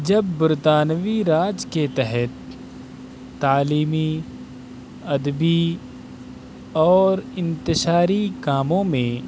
جب برطانوی راج کے تحت تعلیمی ادبی اور انتشاری کاموں میں